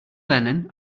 lennon